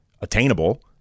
attainable